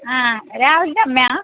ആ രാഹുലിൻ്റെ അമ്മയാണ്